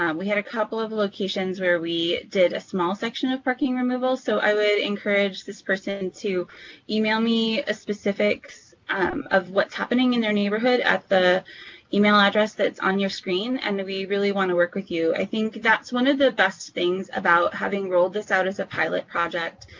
um we had a couple of locations where we did a small section of parking removal. so i would encourage this person to email me specifics of what's happening in their neighborhood, at the email address that's on your screen, and we really want to work with you. i think that's one of the best things about having rolled this out as a pilot project,